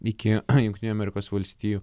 iki jungtinių amerikos valstijų